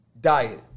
Diet